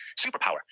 superpower